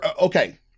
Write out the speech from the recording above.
Okay